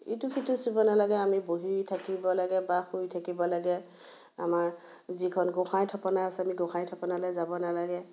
ইটো সিটো চুব নালাগে আমি বহি থাকিব লাগে বা শুই থাকিব লাগে আমাৰ যিখন গোঁসাই থাপনা আছে আমি গোঁসাই থাপনালৈ যাব নালাগে